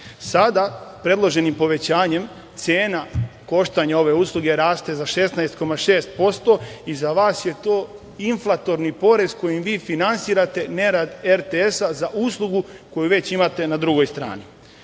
Sada predloženim povećanjem cena koštanja ove usluge raste za 16,6% i za vas je to inflatorni porez kojim vi finansirate nerad RTS-a za uslugu koju već imate na drugoj strani. Sa